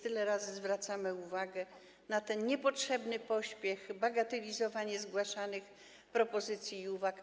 Tyle razy zwracamy uwagę na ten niepotrzebny pośpiech, bagatelizowanie zgłaszanych propozycji i uwag.